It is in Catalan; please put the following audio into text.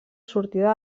sortida